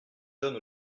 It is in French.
jeunes